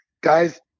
Guys